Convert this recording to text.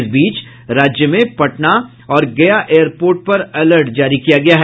इस बीच राज्य में पटना और गया एयरपोर्ट पर अलर्ट जारी किया गया है